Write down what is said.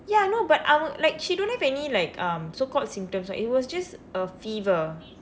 ya I know but அவங்க:avangka like she don't have any like um so called symptoms [what] it was just a fever